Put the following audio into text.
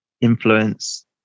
influence